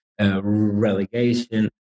relegation